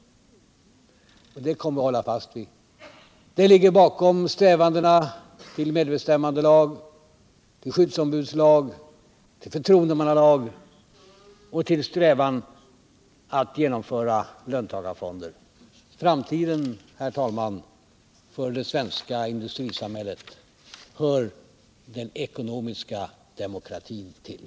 Detta kommer vi att hålla fast vid. Det ligger bakom strävandena till medbestämmandelag, skyddsombudslag och förtroendemannalag. Det ligger bakom strävan att genom föra löntagarfonder. Framtiden, herr talman, för det svenska industrisamhället hör den ekonomiska demokratin till.